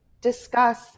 discuss